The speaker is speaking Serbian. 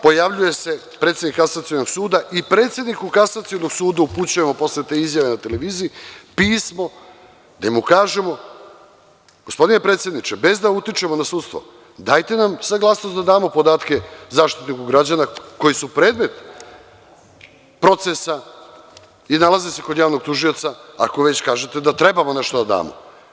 Pojavljuje se predsednik Kasacionog suda i predsedniku Kasacionog suda upućujemo posle te izjave na televiziji i pismo gde mu kažemo – Gospodine predsedniče, bez da utičemo na sudstvo, dajte nam saglasnost da damo podatke Zaštitniku građana, koji su predmet procesa i nalaze se kod javnog tužioca, ako već kažete da trebamo nešto da damo.